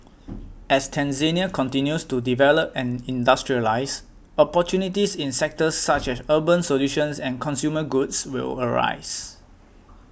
as Tanzania continues to develop and industrialise opportunities in sectors such as urban solutions and consumer goods will arise